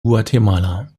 guatemala